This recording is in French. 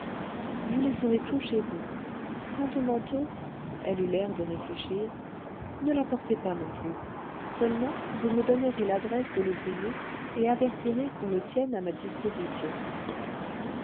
vous laisserez tout chez vous quant au manteau elle eut l'air de réfléchir ne l'apportez pas non plus seulement vous me donnerez l'adresse de l'ouvrier et avertirez qu'on le tienne à ma disposition